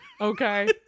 Okay